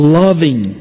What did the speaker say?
loving